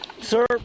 Sir